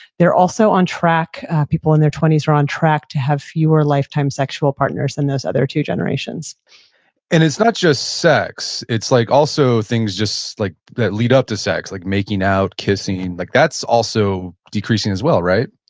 they're also on track, people in their twenty s are on track to have fewer lifetime sexual partners than those other two generations and it's not just sex. it's like also things just like that lead up to sex, like making out, kissing. like that's also decreasing as well, right?